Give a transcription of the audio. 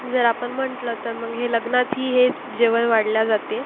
जर आपण म्हटलं तर मग हे लग्नातही हेच जेवण वाढले जाते